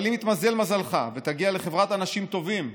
אבל אם יתמזל מזלך ותגיע לחברת אנשים טובים,